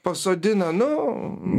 pasodina nu